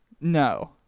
No